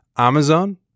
Amazon